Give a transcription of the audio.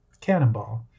Cannonball